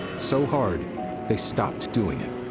so hard they stopped doing it.